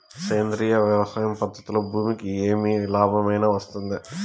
సేంద్రియ వ్యవసాయం పద్ధతులలో భూమికి ఏమి లాభమేనా వస్తుంది?